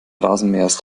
rasenmähers